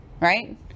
right